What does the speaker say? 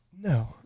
No